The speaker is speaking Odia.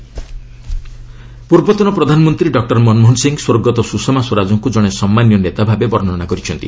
ସ୍ୱରାଜ ମନମୋହନ ପୂର୍ବତନ ପ୍ରଧାନମନ୍ତ୍ରୀ ଡକ୍ଟର ମନମୋହନ ସିଂ ସ୍ୱର୍ଗତ ସୁଷମା ସ୍ୱରାଜଙ୍କୁ ଜଣେ ସମ୍ମାନନୀୟ ନେତା ଭାବେ ବର୍ଣ୍ଣନା କରିଛନ୍ତି